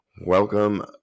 welcome